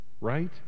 right